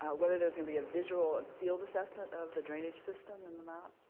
ah whether there's gonna be a visual field assessment of the drainage system in the map?